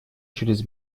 через